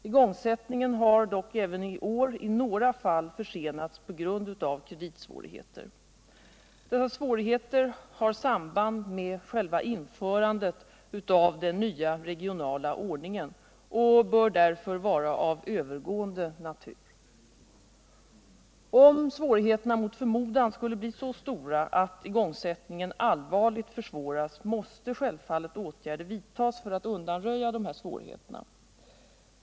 Igångsättningen har dock även i år i några fall försenats på grund av kreditsvårigheter. Dessa svårigheter har samband med själva införandet av den nya regionala ordningen och bör därför vara av övergående natur. Om svårigheterna mot förmodan skulle bli så stora att igångsättningen allvarligt försvåras måste självfallet åtgärder vidtas för att undanröja dessa svårigheter.